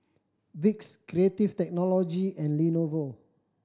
Vicks Creative Technology and Lenovo